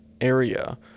area